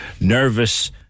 nervous